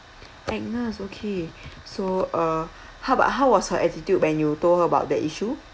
agnes okay so uh how about how was her attitude when you told her about the issue